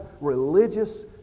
religious